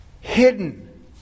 Hidden